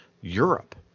Europe